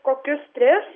kokius tris